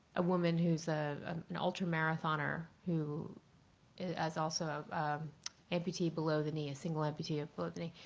a woman who is ah an ultra marathoner who is also amputee below the knee, single amputee ah below the knee.